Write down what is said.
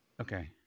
okay